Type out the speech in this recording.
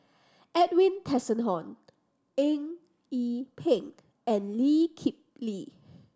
Edwin Tessensohn Eng Yee Peng and Lee Kip Lee